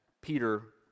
Peter